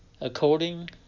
according